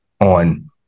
on